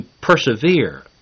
persevere